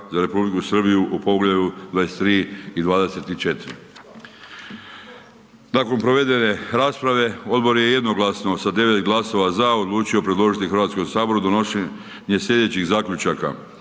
za RH u poglavlju 23. i 24. Nakon provedene rasprave, odbor je jednoglasno, sa 9 glasova za odlučio predložiti HS-u donošenje sljedećih zaključaka.